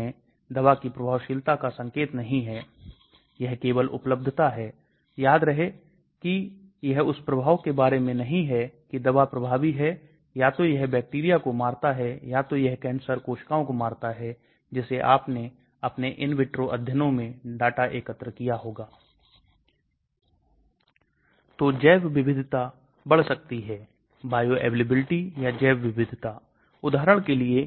हैं जो आपकी घुलनशीलता पारगम्यता रासायनिक प्रभाव को प्रभावित करते हैं क्योंकि पेट के अंदर pH 2 के संदर्भ में बात कर रहे हैं तो आपके मॉलिक्यूल को स्थिर होना पड़ता है जब यह आपके प्लाज्मा के अंदर जाता है तो आप esterases oxidoreductases lipases जैसे एंजाइम की बात कर रहे हैं